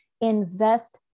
invest